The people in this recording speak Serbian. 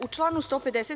U članu 150.